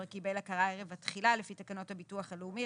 קיבל הכרה ערב התחילה לפי תקנות הביטוח הלאומי,